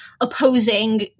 opposing